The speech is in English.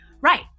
Right